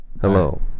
Hello